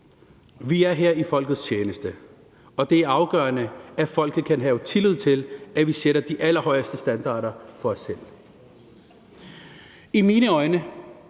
Vi er her i folkets tjeneste, og det er afgørende, at folket kan have tillid til, at vi sætter de allerhøjeste standarder for os selv. I mine øjne